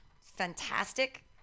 fantastic